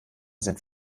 sind